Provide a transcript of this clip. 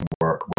work